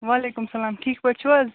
وعلیکم السلام ٹھیٖک پٲٹھۍ چھُو حظ